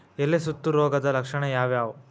ಎಲೆ ಸುತ್ತು ರೋಗದ ಲಕ್ಷಣ ಯಾವ್ಯಾವ್?